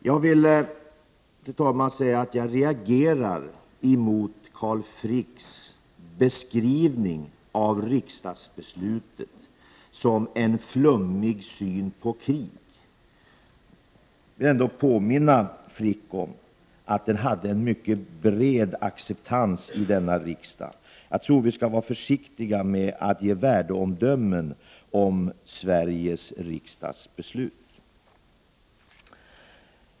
Fru talman! Jag vill säga att jag reagerar mot Carl Fricks beskrivning av riksdagsbeslutet som en flummig syn på krig. Jag vill påminna Carl Frick om att beslutet hade en mycket bred acceptans i denna riksdag. Jag tror att vi skall vara försiktiga med att ge värdeomdömen om Sveriges riksdags beslut.